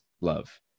love